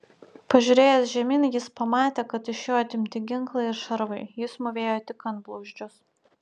pažiūrėjęs žemyn jis pamatė kad iš jo atimti ginklai ir šarvai jis mūvėjo tik antblauzdžius